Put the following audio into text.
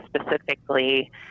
specifically